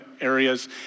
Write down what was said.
areas